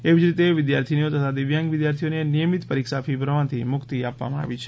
એવી જ રીતે વિદ્યાર્થીનીઓ તથા દિવ્યાંગ વિદ્યાર્થીઓને નિયમિત પરીક્ષા ફી ભરવામાંથી મુક્તિ આપવામાં આવી છે